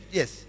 yes